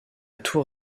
tour